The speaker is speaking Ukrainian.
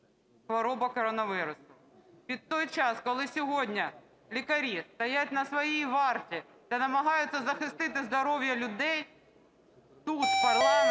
хвороба коронавірусу, під той час, коли сьогодні лікарі стоять на своїй варті та намагаються захистити здоров'я людей, тут, в парламенті,